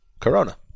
Corona